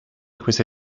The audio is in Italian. queste